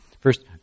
First